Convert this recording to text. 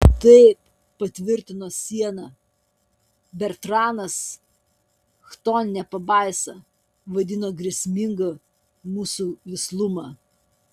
taip patvirtino siena bertranas chtonine pabaisa vadino grėsmingą mūsų vislumą